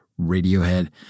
Radiohead